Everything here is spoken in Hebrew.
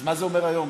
אז מה זה אומר היום?